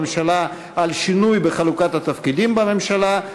הממשלה על שינוי בחלוקת התפקידים בממשלה,